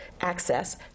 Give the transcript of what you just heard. access